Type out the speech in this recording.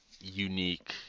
unique